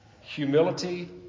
humility